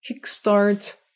kickstart